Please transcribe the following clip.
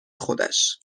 خودش